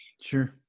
Sure